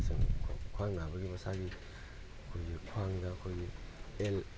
ꯈ꯭ꯋꯥꯡ ꯅꯥꯕꯒꯤ ꯃꯁꯥꯒꯤ ꯑꯩꯈꯣꯏꯒꯤ ꯈ꯭ꯋꯥꯡꯗ ꯑꯩꯈꯣꯏꯒꯤ ꯑꯦꯜ